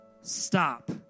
stop